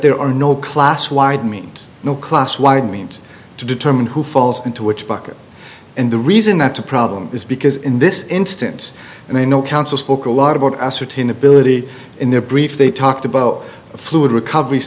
there are no class wide means no class wide means to determine who falls into which bucket and the reason that the problem is because in this instance and i know council spoke a lot about ascertain ability in their brief they talked about fluid recovery